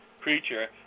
creature